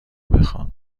بخوان